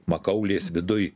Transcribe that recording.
makaulės viduj